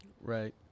Right